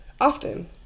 Often